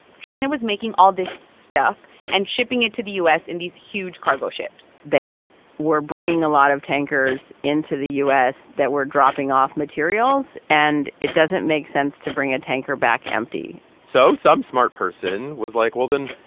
china was making all this stuff and shipping it to the u s. in these huge cargo ships they were bringing a lot of tankers into the u s. that were dropping off materials. and it doesn't make sense to bring a tanker back empty so some smart person was like, well, then,